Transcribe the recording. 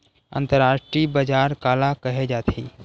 अंतरराष्ट्रीय बजार काला कहे जाथे?